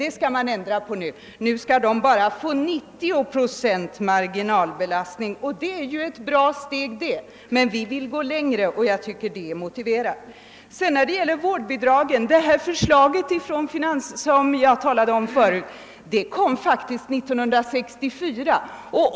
Det skall man ändra på, så att de nu endast skall få 90 procents marginalbelastning, och det är ju ett steg i rätt riktning, men vi tycker det är motiverat att gå längre. Förslaget om vårdbidrag lades faktiskt fram 1964.